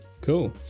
cool